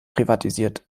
privatisiert